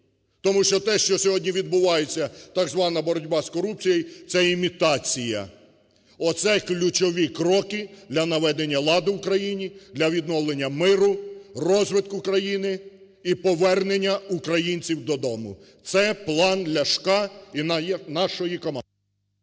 Тому що те, що сьогодні відбувається, так звана боротьба з корупцією, це імітація. Оце ключові кроки для наведення ладу в країні, для відновлення миру, розвитку країни і повернення українців додому. Це план Ляшка і нашої команди.